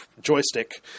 joystick